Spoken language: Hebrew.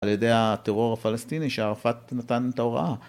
על ידי הטרור הפלסטיני שארפעת נתן את ההוראה.